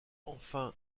enfin